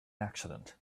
accident